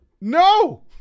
No